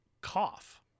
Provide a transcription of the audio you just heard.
cough